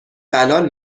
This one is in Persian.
بلال